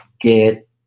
get